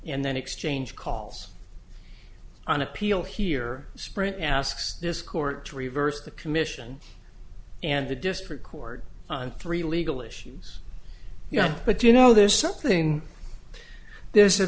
and then exchange calls on appeal here sprint asks this court to reverse the commission and the district court on three legal issues you know but you know there's something this is a